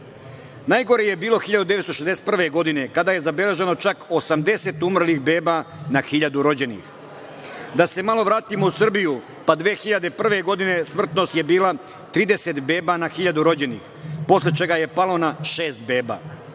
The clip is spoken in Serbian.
dana. Najgore je bilo 1961. godine kada je zabeleženo čak 80 umrlih beba na hiljadu rođenih. Da se malo vratimo u Srbiju, 2001. godine smrtnost je bila 30 beba na hiljadu rođenih, posle čega je palo na šest beba.